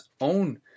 own